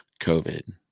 COVID